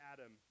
Adam